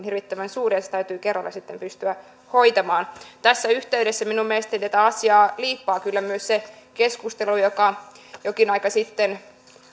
hirvittävän suuri ja se täytyy kerralla sitten pystyä hoitamaan tässä yhteydessä minun mielestäni tätä asiaa liippaa kyllä myös se keskustelu joka jokin aika sitten